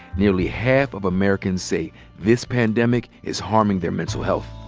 nearly half of americans say this pandemic is harming their mental health.